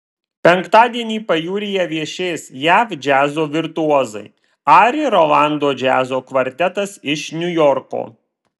penktadienį pajūryje viešės jav džiazo virtuozai ari rolando džiazo kvartetas iš niujorko